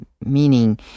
meaning